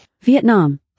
Vietnam